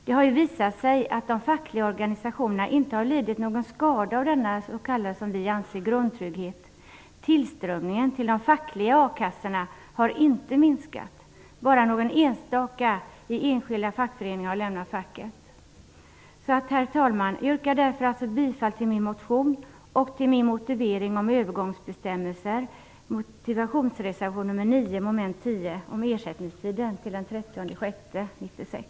Det har visat sig att de fackliga organisationerna inte har lidit någon skada av denna, som vi anser, grundtrygghet. Tillströmningen till de fackliga akassorna har inte minskat. Bara enstaka medlemmar i enskilda fackföreningar har lämnat facket. Herr talman! Jag yrkar därför bifall till min motion och till min motivering om övergångsbestämmelser, reservation nr 9, mom. 10, om ersättningstid t.o.m. den 30 juni 1996.